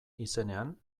izenean